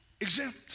exempt